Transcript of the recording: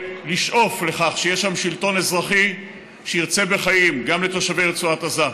ולשאוף לכך שיהיה שם שלטון אזרחי שירצה בחיים גם לתושבי רצועת עזה.